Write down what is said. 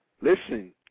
Listen